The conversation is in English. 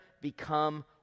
become